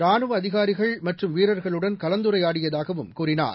ரானுவ அதிகாரிகள் மற்றும் வீரர்களுடன் கலந்துரையாடியதாகவும் அவர் கூறினார்